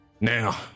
Now